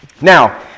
Now